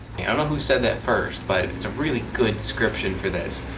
i don't know who said that first, but it's a really good description for this.